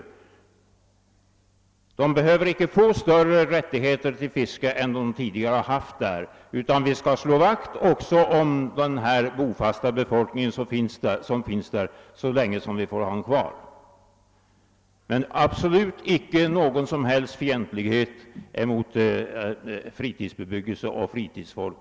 Fritidsfolket behöver inte få större rättigheter till fiske än man tidigare haft, utan vi skall slå vakt om den bofasta befolkningen så länge vi får ha den kvar. Men det finns absolut inte någon som =<:helst fientlighet hos mig mot fritidsbebyggelse och fritidsfolk.